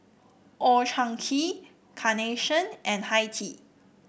Old Chang Kee Carnation and Hi Tea